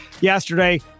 yesterday